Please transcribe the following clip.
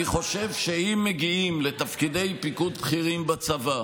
אני חושב שאם לתפקידי פיקוד בכירים בצבא